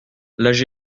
l’ags